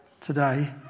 today